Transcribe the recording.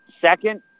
Second